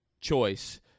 choice